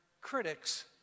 critics